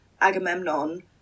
Agamemnon